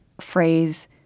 phrase